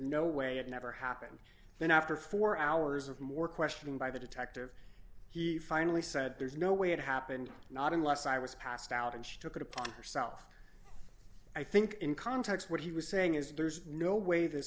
no way it never happened then after four hours of more questioning by the detective he finally said there's no way it happened not unless i was passed out and she took it upon herself i think in context what he was saying is there's no way this